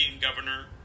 governor